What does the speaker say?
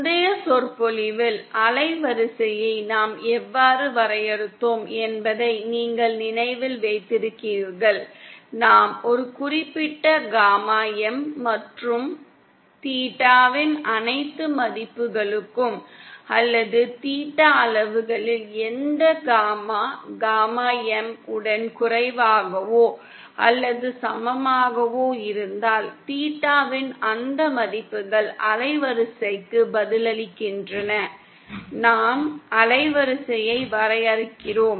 முந்தைய சொற்பொழிவில் அலைவரிசையை நாம் எவ்வாறு வரையறுத்தோம் என்பதை நீங்கள் நினைவில் வைத்திருக்கிறீர்கள் நாம் ஒரு குறிப்பிட்ட காமா M மற்றும் தீட்டாவின் அனைத்து மதிப்புகளுக்கும் அல்லது தீட்டா அளவுகளில் எந்த காமா காமா M உடன் குறைவாகவோ அல்லது சமமாகவோ இருந்தால் தீட்டாவின் அந்த மதிப்புகள் அலைவரிசைக்கு பதிலளிக்கின்றன நாம் அலைவரிசையை வரையறுக்கிறோம்